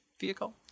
vehicle